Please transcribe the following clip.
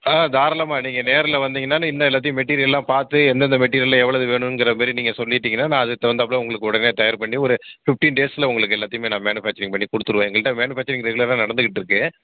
ஆ தாராளமாக நீங்கள் நேரில் வந்தீங்கனால் இன்னும் எல்லாத்தையும் மெட்டீரியெல்லாம் பார்த்து எந்தெந்த மெட்டீரியலில் எவ்வளவு வேணுங்கிற மாரி நீங்கள் சொல்லிவிட்டீங்கனா நான் அதுக்கு தகுந்தாப்புல உங்களுக்கு உடனே தயார் பண்ணி ஒரு ஃபிஃப்டீன் டேஸில் உங்களுக்கு எல்லாத்தையுமே நான் மேனுஃபாக்ச்சரிங் பண்ணி கொடுத்துருவேன் எங்கள்கிட்ட மேனுஃபாக்ச்சரிங் ரெகுலராக நடந்துகிட்டிருக்கு